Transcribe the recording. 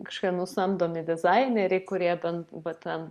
kažkokie nusamdomi dizaineriai kurie bent va ten